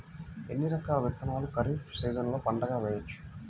ఎన్ని రకాల విత్తనాలను ఖరీఫ్ సీజన్లో పంటగా వేయచ్చు?